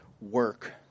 work